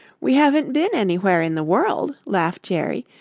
we haven't been anywhere in the world, laughed jerry,